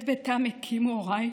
את ביתם הקימו הוריי